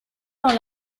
dans